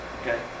okay